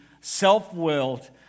self-willed